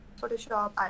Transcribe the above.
Photoshop